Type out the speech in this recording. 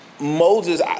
Moses